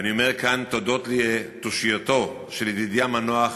ואני אומר כאן, הודות לתושייתו של ידידי המנוח